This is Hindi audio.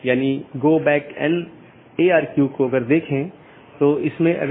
सबसे अच्छा पथ प्रत्येक संभव मार्गों के डोमेन की संख्या की तुलना करके प्राप्त किया जाता है